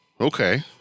okay